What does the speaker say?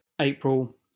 April